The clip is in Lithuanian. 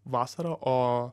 vasarą o